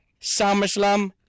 SummerSlam